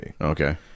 Okay